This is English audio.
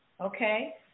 Okay